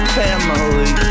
family